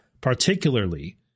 particularly